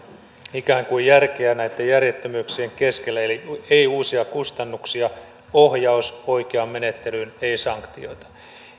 ikään kuin järkeä näitten järjettömyyksien keskellä eli ei uusia kustannuksia ohjaus oikeaan menettelyyn ei sanktioita